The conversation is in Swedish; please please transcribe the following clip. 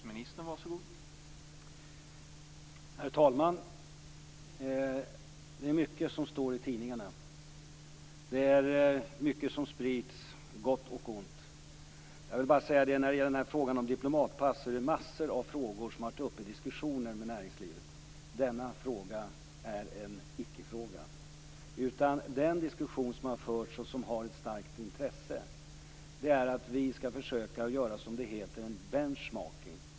Herr talman! Det är mycket som står i tidningarna. Det är mycket som sprids - gott och ont. Många frågor har varit uppe till diskussion med näringslivet. Frågan om diplomatpass är en icke-fråga. Den diskussion som har förts och som är av starkt intresse, gäller att vi skall försöka åstadkomma bench-marking.